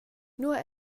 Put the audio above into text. nua